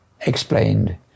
explained